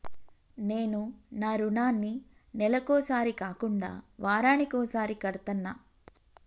నేను నా రుణాన్ని నెలకొకసారి కాకుండా వారానికోసారి కడ్తన్నా